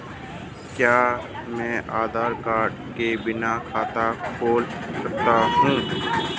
क्या मैं आधार कार्ड के बिना खाता खुला सकता हूं?